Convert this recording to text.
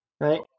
right